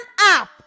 up